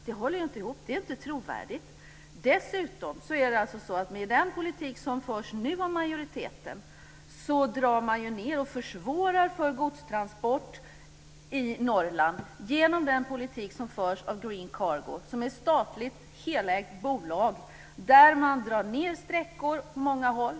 Det håller inte ihop. Det är inte trovärdigt. Dessutom drar man med den politik som förs nu av majoriteten ned och försvårar för godstransport i Norrland genom Green Cargos agerande. Det är ett statligt helägt bolag som drar in sträckor på många håll.